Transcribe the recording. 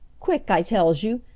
quick, i tells you.